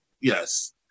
yes